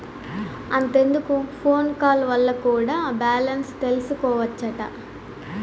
అంతెందుకు phone call వల్ల కూడా బాలెన్స్ తెల్సికోవచ్చట